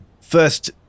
first